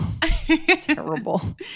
Terrible